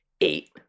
eight